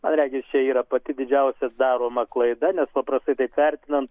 man regis čia yra pati didžiausia daroma klaida nes paprastai taip vertinant